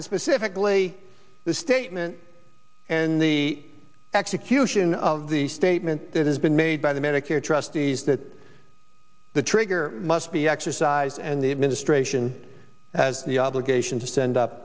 and specifically the statement and the execution of the statement that has been made by the medicare trustees that the trigger must be exercised and the administration has the obligation to send up